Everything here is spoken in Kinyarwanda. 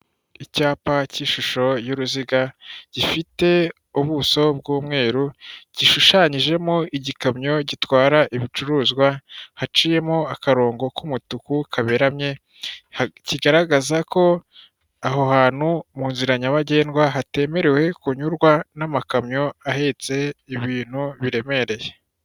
Icyapa cy'ishusho y'uruziga gifite ubuso bw'umweru, gishushanyijemo igikamyo gitwara ibicuruzwa, haciyemo akarongo k'umutuku kaberamye, kigaragaza ko aho hantu mu nzira nyabagendwa hatemerewe kunyurwa n'amakamyo ahetse ibintu biremereye.